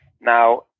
Now